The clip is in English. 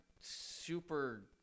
super